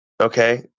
okay